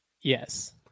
Yes